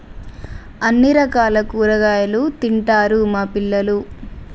అన్ని రకాల కూరగాయలు తింటారు మా పిల్లలు